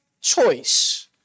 choice